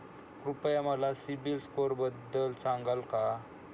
कृपया मला सीबील स्कोअरबद्दल सांगाल का?